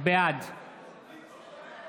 בעד